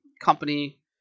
company